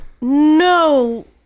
No